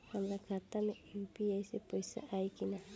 हमारा खाता मे यू.पी.आई से पईसा आई कि ना?